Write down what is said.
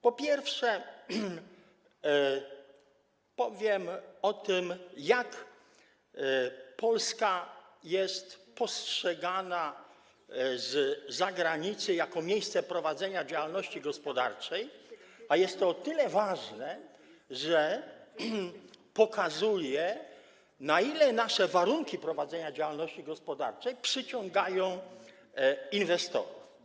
Po pierwsze, powiem o tym, jak Polska jest postrzegana z zagranicy jako miejsce prowadzenia działalności gospodarczej, a jest to o tyle ważne, że pokazuje, na ile nasze warunki prowadzenia działalności gospodarczej przyciągają inwestorów.